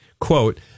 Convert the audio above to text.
Quote